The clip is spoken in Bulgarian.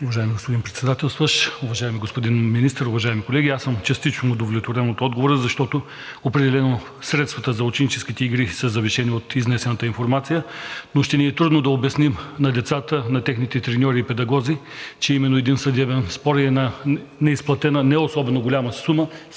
Уважаеми господин Председател, уважаеми господин Министър, уважаеми колеги! Аз съм частично удовлетворен от отговора, защото определено средствата за ученическите игри са завишени от изнесената информация, но ще ни е трудно да обясним на децата, на техните треньори и педагози, че именно един съдебен спор и една неизплатена неособено голяма сума